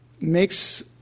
makes